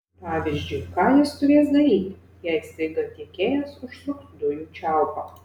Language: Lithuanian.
pavyzdžiui ką jis turės daryti jei staiga tiekėjas užsuks dujų čiaupą